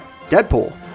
Deadpool